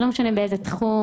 לא משנה באיזה תחום,